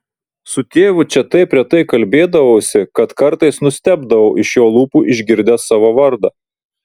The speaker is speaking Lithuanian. su tėvu čia taip retai kalbėdavausi kad kartais nustebdavau iš jo lūpų išgirdęs savo vardą